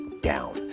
down